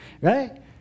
Right